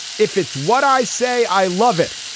if it's what i say i love it.